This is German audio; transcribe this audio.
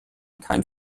keinen